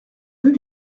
deux